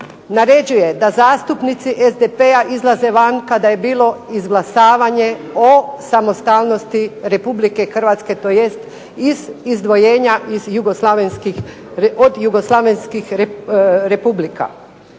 naređuje da zastupnici SDP izlaze vanka, da je bilo izglasavanje o samostalnosti Republike Hrvatske, tj. iz izdvojenja od jugoslavenskih republika.